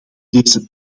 deze